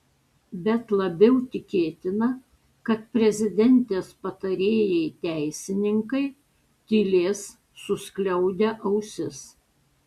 bet labiau tikėtina kad prezidentės patarėjai teisininkai tylės suskliaudę ausis